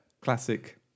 classic